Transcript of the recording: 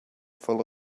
full